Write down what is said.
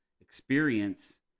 experience